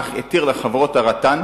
אך התיר לחברות הרט"ן,